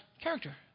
character